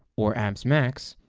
or amps max,